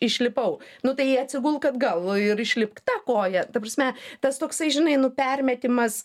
išlipau nu tai atsigulk atgal ir išlipk ta koja ta prasme tas toksai žinai nu permetimas